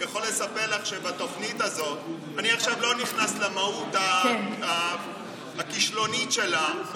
יכול לספר לך שבתוכנית הזאת, אני לא נכנס עכשיו למהות הכישלונית שלה,